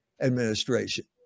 administration